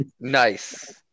Nice